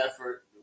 effort